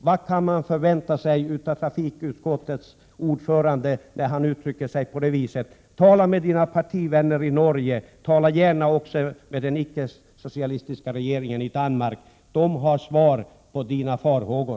Vad kan man vänta sig av trafikutskottets ordförande när han uttrycker sig på det sättet, Birger Rosqvist? Tala med partivännerna i Norge. Tala gärna också med den icke-socialistiska regeringen i Danmark! De kan ge Birger Rosqvist svar när det gäller hans farhågor.